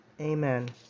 Amen